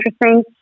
interesting